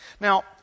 Now